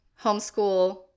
homeschool